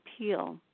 appeal